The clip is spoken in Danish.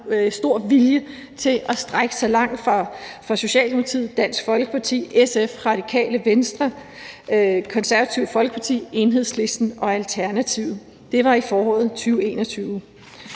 stor vilje til at strække sig langt fra Socialdemokratiets, Dansk Folkepartis, SF's, Radikale Venstres, Det Konservative Folkepartis, Enhedslistens og Alternativets side. Det var i foråret 2021.